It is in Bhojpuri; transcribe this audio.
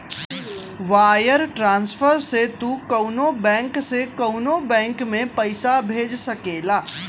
वायर ट्रान्सफर से तू कउनो बैंक से कउनो बैंक में पइसा भेज सकेला